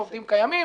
לעובדים קיימים.